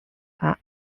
are